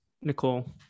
Nicole